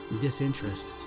disinterest